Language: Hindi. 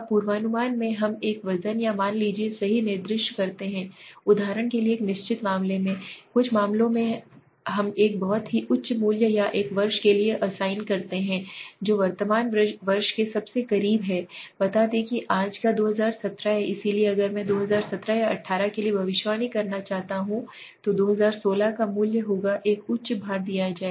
अब पूर्वानुमान में हम एक वजन या मान को सही निर्दिष्ट करते हैं उदाहरण के लिए एक निश्चित मामले में कुछ मामलों में हम एक बहुत ही उच्च मूल्य या एक वर्ष के लिए असाइन करते हैं जो वर्तमान वर्ष के सबसे करीब है बता दें कि आज का 2017 है इसलिए अगर मैं 2017 या 2018 के लिए भविष्यवाणी करना चाहता हूं तो 2016 का मूल्य होगा एक उच्च भार दिया जाए